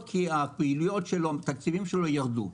כי הפעילויות שלו והתקציבים שלו ירדו.